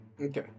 Okay